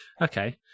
okay